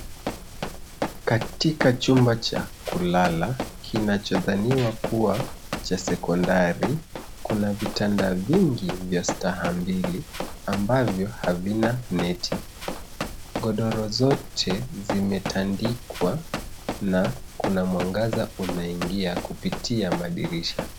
Katika chumba cha kulala kinachodhaniwa kua cha sekondari. Kuna vitanda vingi vya stahamvili ambavyo havina neti . Godoro zote zimetandikwa na kuna mwangaza unaingia kupitia madirisha.